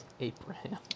Abraham